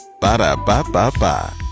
Ba-da-ba-ba-ba